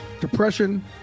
depression